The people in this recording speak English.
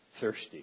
thirsty